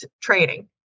training